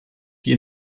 die